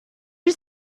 you